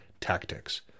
tactics